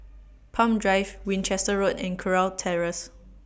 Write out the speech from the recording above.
Palm Drive Winchester Road and Kurau Terrace